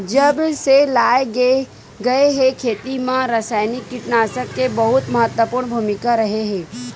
जब से लाए गए हे, खेती मा रासायनिक कीटनाशक के बहुत महत्वपूर्ण भूमिका रहे हे